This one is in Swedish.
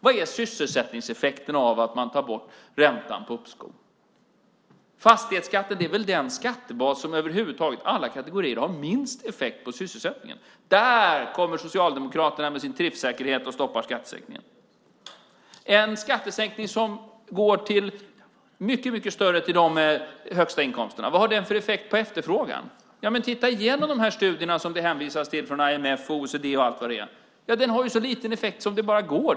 Vad är sysselsättningseffekten av att man tar bort räntan på uppskov? Fastighetsskatten är väl den skattebas som, alla kategorier, har minst effekt på sysselsättningen. Där kommer Socialdemokraterna med sin träffsäkerhet och stoppar skattesänkningen. En skattesänkning som i stor utsträckning går till dem med de högsta inkomsterna, vad har den för effekt på efterfrågan? Titta igenom de studier från IMF och OECD som det hänvisas till. Den har så liten effekt som det bara går.